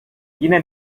yine